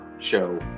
show